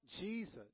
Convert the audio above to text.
Jesus